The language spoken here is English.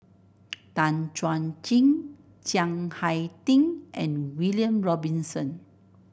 Tan Chuan Jin Chiang Hai Ding and William Robinson